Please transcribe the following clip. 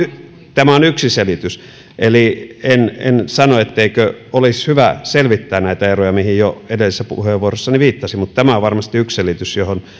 tämä on yksi selitys eli en en sano etteikö olisi hyvä selvittää näitä eroja mihin jo edellisessä puheenvuorossani viittasin mutta tämä on varmasti yksi selitys johon